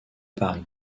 paris